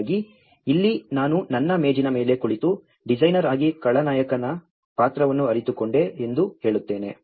ಹಾಗಾಗಿ ಇಲ್ಲಿ ನಾನು ನನ್ನ ಮೇಜಿನ ಮೇಲೆ ಕುಳಿತು ಡಿಸೈನರ್ ಆಗಿ ಖಳನಾಯಕನ ಪಾತ್ರವನ್ನು ಅರಿತುಕೊಂಡೆ ಎಂದು ಹೇಳುತ್ತೇನೆ